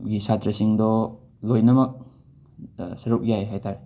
ꯒꯤ ꯁꯥꯇ꯭ꯔꯁꯤꯡꯗꯣ ꯂꯣꯏꯅꯃꯛ ꯁꯔꯨꯛ ꯌꯥꯏ ꯍꯥꯏ ꯇꯥꯔꯦ